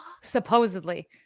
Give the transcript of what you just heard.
Supposedly